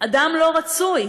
אדם לא רצוי.